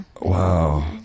Wow